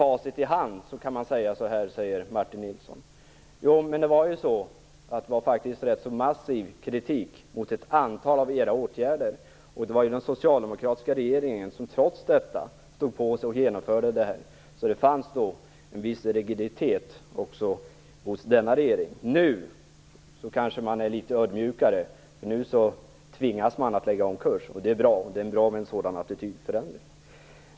Martin Nilsson menar att det är med facit i hand som man kan säga så här. Men det var faktiskt en rätt massiv kritik mot ett antal av era åtgärder, och den socialdemokratiska regeringen genomförde dem ändå. Det fanns alltså en viss rigiditet också hos denna regering. Nu är man kanske litet ödmjukare och tvingas lägga om kurs. Det är bra att man genomför den attitydförändringen.